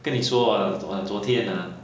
跟你说啊 ah 昨天 ha